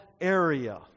area